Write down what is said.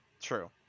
true